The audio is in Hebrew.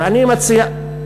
ואני מציע,